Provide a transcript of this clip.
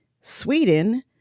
Sweden